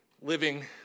living